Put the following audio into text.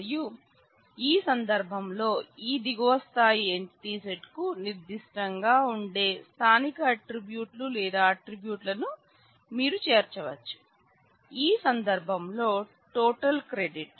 మరియు ఈ సందర్భంలో ఈ దిగువ స్థాయి ఎంటిటీ సెట్ కు నిర్ధిష్టంగా ఉండే స్థానిక ఆట్రిబ్యూట్లు లేదా ఆట్రిబ్యూట్ లను మీరు చేర్చవచ్చు ఈ సందర్భంలో టోటల్ క్రెడిట్